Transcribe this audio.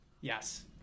Yes